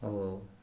ଓ